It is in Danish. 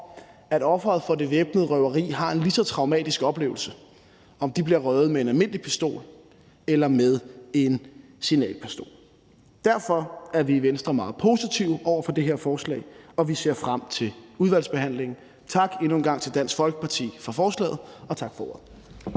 at offeret for det væbnede røveri har en lige så traumatisk oplevelse, om de bliver røvet med en almindelig pistol eller med en signalpistol. Derfor er vi i Venstre meget positive over for det her forslag, og vi ser frem til udvalgsbehandlingen. Tak endnu en gang til Dansk Folkeparti for forslaget, og tak for ordet.